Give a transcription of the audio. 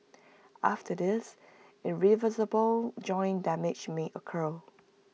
after this irreversible joint damage may occur